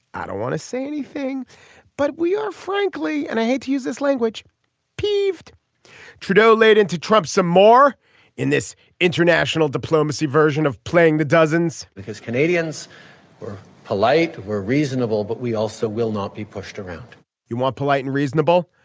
i don't want to say anything but we are frankly and i hate to use this language peeved trudeau laid into trump some more in this international diplomacy version of playing the dozens because canadians were polite were reasonable. but we also will not be pushed around you want polite and reasonable.